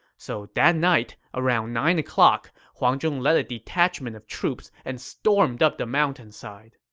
so that night, around nine o'clock, huang zhong led a detachment of troops and stormed up the mountainside.